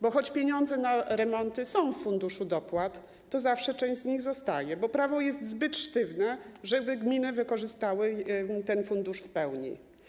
Bo choć pieniądze na remonty są w funduszu dopłat, to zawsze część z nich zostaje, bo prawo jest zbyt sztywne, żeby gminy wykorzystały ten fundusz w pełni.